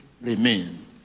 remain